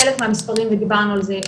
חלק מהמספרים ודיברנו על זה,